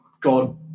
God